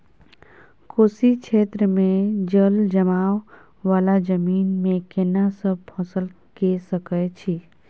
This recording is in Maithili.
कोशी क्षेत्र मे जलजमाव वाला जमीन मे केना सब फसल के सकय छी?